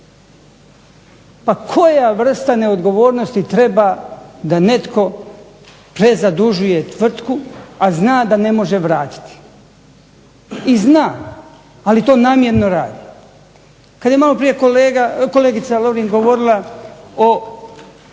Pa koja vrsta odgovornosti treba da netko prezadužuje tvrtku, a zna da ne može vratiti. I zna ali to namjerno radi. Kad je maloprije kolegica Lovrin govorila o